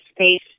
space